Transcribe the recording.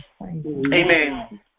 Amen